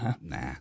Nah